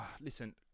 listen